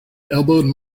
elbowed